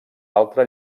altra